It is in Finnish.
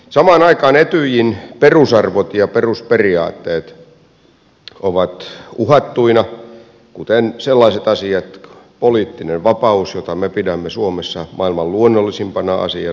samaan aikaan etyjin perusarvot ja perusperiaatteet ovat uhattuina sellaiset asiat kuten poliittinen vapaus jota me pidämme suomessa maailman luonnollisimpana asiana